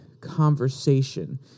conversation